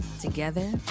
Together